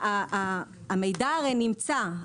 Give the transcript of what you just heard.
המידע הרי נמצא,